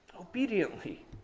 Obediently